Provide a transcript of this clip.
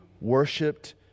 worshipped